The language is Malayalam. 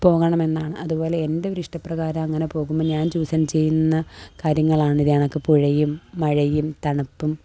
പോകണമെന്നാണ് അതുപോലെ എൻ്റെ ഒരു ഇഷ്ടപ്രകാരം അങ്ങനെ പോകുമ്പോൾ ഞാൻ ചൂസൻ ചെയ്യുന്ന കാര്യങ്ങളാണ് ഇതു കണക്ക് പുഴയും മഴയും തണുപ്പും